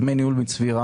דמי ניהול מצבירה,